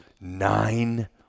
nine